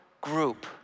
group